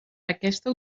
aquesta